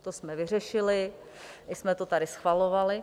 To jsme vyřešili, i jsme to tady schvalovali.